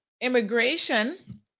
immigration